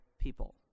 people